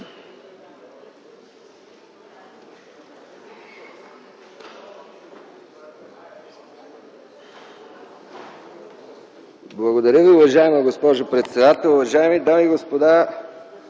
Благодаря Ви, уважаема госпожо председател. Уважаеми дами и господа,